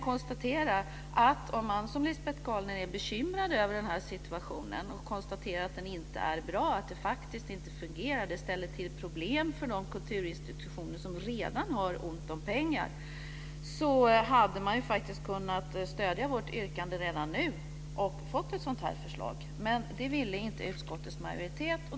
Lisbet Calner är bekymrad över situationen och konstaterar att den inte är bra, att det inte fungerar och att det ställer till problem för de kulturinstitutioner som redan har ont om pengar. Man hade kunnat stödja vårt yrkande redan nu och fått ett sådant förslag. Men det ville inte utskottets majoritet.